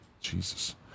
Jesus